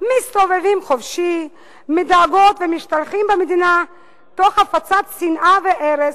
מסתובבים חופשיים מדאגות ומשתלחים במדינה תוך הפצת שנאה וארס.